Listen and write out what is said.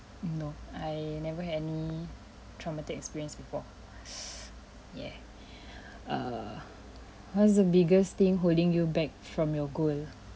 no I never had any traumatic experience before yeah err (uh )what's the biggest thing holding you back from your goal